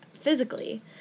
physically